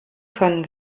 können